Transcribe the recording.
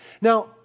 Now